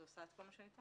הוא עשה את כל מה שניתן.